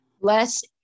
Less